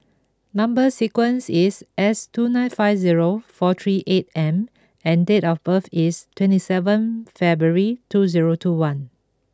number sequence is S two nine five zero four three eight M and date of birth is twenty seven February two zero two one